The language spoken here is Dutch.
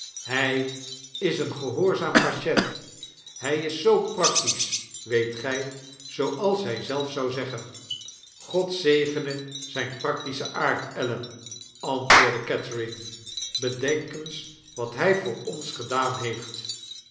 hij is eengehoorzaam patient hy is zoo practisch weet gy zooals hy zelf zou zeggen god zegene zyn practischen aard ellen antwoordde catherine bedenk eens wat hij voor ons gedaan heeft